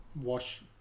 Wash